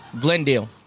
Glendale